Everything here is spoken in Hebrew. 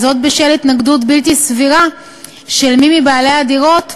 וזאת בשל התנגדות בלתי סבירה של מי מבעלי הדירות,